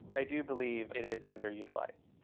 i do believe it is underutilized.